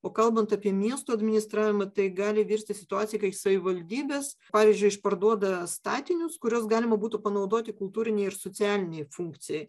o kalbant apie miesto administravimą tai gali virsti situacija kai savivaldybės pavyzdžiui išparduoda statinius kuriuos galima būtų panaudoti kultūrinei ir socialinei funkcijai